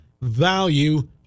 Value